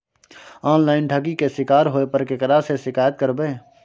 Online ठगी के शिकार होय पर केकरा से शिकायत करबै?